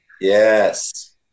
Yes